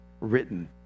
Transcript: written